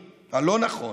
הלא-נכון,